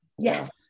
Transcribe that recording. Yes